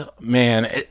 man